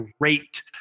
great